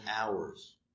hours